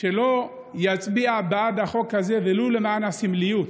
שלא יצביע בעד החוק הזה, ולו למען הסמליות,